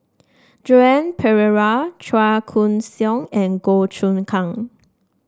Joan Pereira Chua Koon Siong and Goh Choon Kang